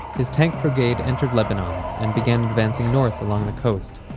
his tank brigade entered lebanon and began advancing north along the coast.